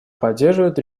поддерживает